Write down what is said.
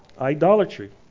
Idolatry